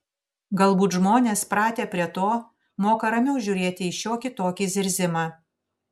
galbūt žmonės pratę prie to moka ramiau žiūrėti į šiokį tokį zirzimą